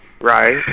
right